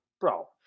Bro